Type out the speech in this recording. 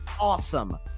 awesome